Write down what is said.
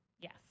Yes